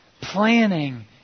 Planning